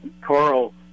Carl